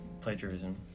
plagiarism